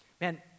Man